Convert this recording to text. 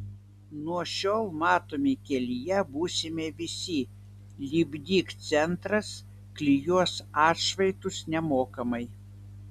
nuo šiol matomi kelyje būsime visi lipdyk centras klijuos atšvaitus nemokamai